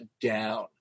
Down